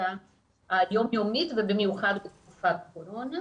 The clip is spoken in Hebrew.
המצוקה היום-יומית, ובמיוחד בתקופת הקורונה.